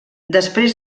després